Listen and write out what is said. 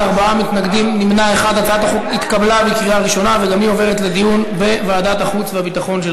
והיא עוברת לדיון לוועדת החוץ והביטחון.